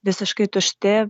visiškai tušti